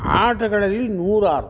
ಆಟಗಳಲ್ಲಿ ನೂರಾರು